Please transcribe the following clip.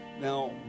Now